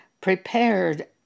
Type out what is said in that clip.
prepared